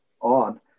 on